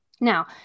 Now